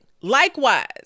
Likewise